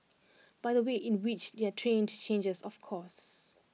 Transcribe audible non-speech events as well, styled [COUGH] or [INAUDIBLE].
[NOISE] but the way in which they're trained changes of course